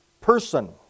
person